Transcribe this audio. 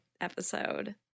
episode